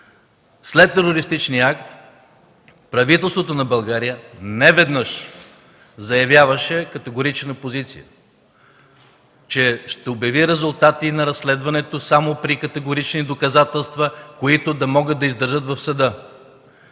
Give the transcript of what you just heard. След терористичния акт правителството на България неведнъж заявяваше категорична позиция, че ще обяви резултати на разследването само при категорични доказателства, които да могат да издържат в съда.